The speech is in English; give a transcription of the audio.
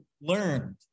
learned